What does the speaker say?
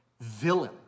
villain